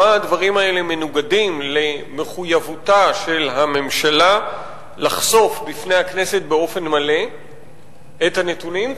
מנוגדים למחויבותה של הממשלה לחשוף בפני הכנסת באופן מלא את הנתונים,